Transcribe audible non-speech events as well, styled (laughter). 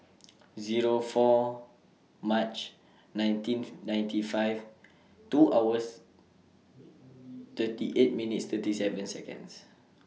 (noise) Zero four March nineteenth ninety five two hours thirty eight minutes thirty seven Seconds